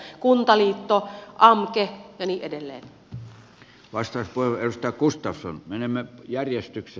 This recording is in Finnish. kuntaliitto amke ja niin edelleen